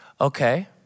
Okay